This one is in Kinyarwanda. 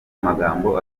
magambo